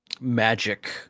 magic